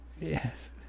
Yes